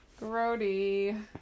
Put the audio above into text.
Grody